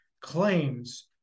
claims